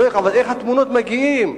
איך התמונות מגיעות,